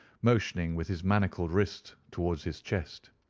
motioning with his manacled wrists towards his chest.